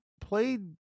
played –